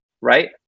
right